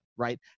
Right